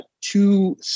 two